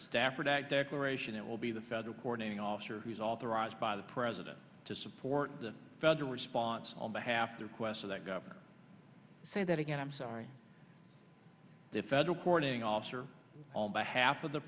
stafford act declaration it will be the federal coordinating officer who is authorized by the president to support the federal response on behalf of the requests of that governor say that again i'm sorry the federal coordinating officer on behalf of the